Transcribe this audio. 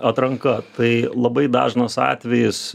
atranka tai labai dažnas atvejis